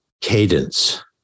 cadence